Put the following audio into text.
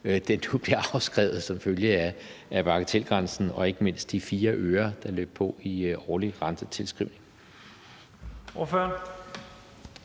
kr., nu bliver afskrevet som følge af bagatelgrænsen og ikke mindst de 4 øre, der løb på i årlig rentetilskrivning.